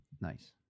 Nice